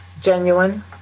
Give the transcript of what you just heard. Genuine